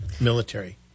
military